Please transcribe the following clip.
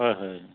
হয় হয়